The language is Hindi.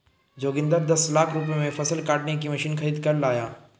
जोगिंदर दस लाख रुपए में फसल काटने की मशीन खरीद कर लाया